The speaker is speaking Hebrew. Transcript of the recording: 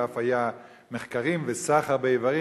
ואף היו מחקרים וסחר באיברים.